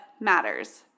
matters